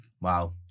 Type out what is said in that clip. Wow